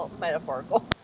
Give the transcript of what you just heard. Metaphorical